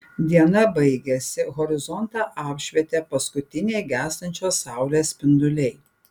diena baigėsi horizontą apšvietė paskutiniai gęstančios saulės spinduliai